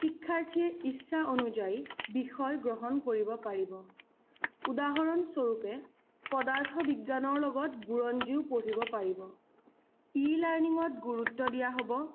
শিক্ষাৰ্থীয়ে ইচ্ছা অনুযায়ী বিষয় গ্ৰহণ কৰিব পাৰিব উদাহৰণস্বৰূপে পদাৰ্থ বিজ্ঞানৰ লগত বুৰঞ্জীও পঢ়িব পাৰিব ই লাৰ্নিঙত গুৰুত্ব দিয়া হ'ব